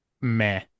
meh